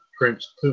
Prince